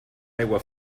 aigua